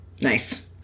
Nice